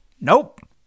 Nope